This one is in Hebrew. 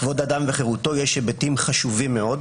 כבוד האדם וחירותו, יש היבטים חשובים מאוד,